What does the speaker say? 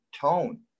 tone